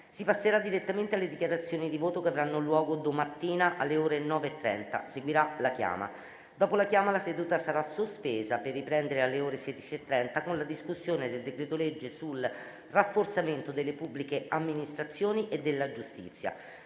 Si passerà direttamente alle dichiarazioni di voto, che avranno luogo domattina alle ore 9,30. Seguirà la chiama. Dopo la chiama la seduta sarà sospesa per riprendere alle ore 16,30 con la discussione del decreto-legge sul rafforzamento delle pubbliche amministrazioni e della giustizia.